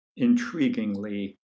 intriguingly